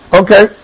okay